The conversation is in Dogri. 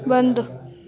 बंद